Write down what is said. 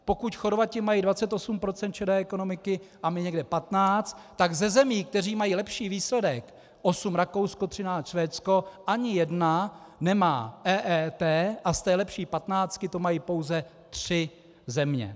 Pokud Chorvati mají 28 % šedé ekonomiky a my někde 15, tak ze zemí, které mají lepší výsledek, 8 Rakousko, 13 Švédsko, ani jedna nemá EET, a z té lepší patnáctky to mají pouze 3 země.